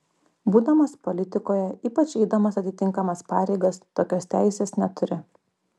būdamas politikoje ypač eidamas atitinkamas pareigas tokios teisės neturi